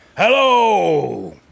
Hello